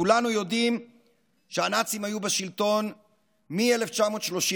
כולנו יודעים שהנאצים היו בשלטון מ-1933